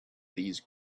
these